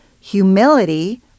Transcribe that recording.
humility